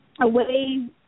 away